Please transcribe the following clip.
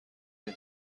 این